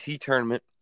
tournament